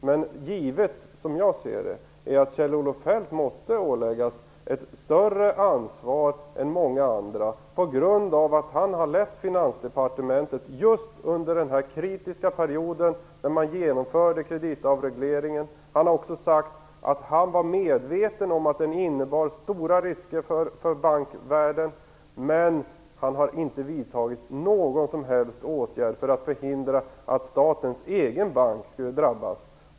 Men givet, som jag ser det, är att Kjell-Olof Feldt måste åläggas ett större ansvar än många andra på grund av att han ledde Finansdepartementet just under den kritiska period då man genomförde kreditavregleringen. Han har också sagt att han var medveten om att den innebar stora risker för bankvärlden. Men han har inte vidtagit någon som helst åtgärd för att förhindra att statens egen bank skulle drabbas.